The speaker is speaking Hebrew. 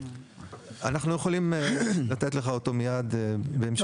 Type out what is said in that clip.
אנחנו יכולים לתת לך אותו מיד בהמשך.